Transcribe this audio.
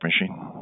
Machine